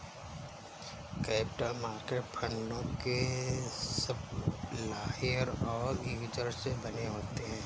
capital market फंडों के supplier और यूजर से बने होते हैं